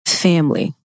Family